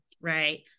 right